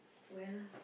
where ah